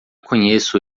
conheço